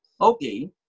okay